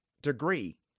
degree